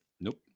Nope